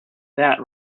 that